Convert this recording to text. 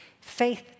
Faith